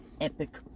epic